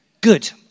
Good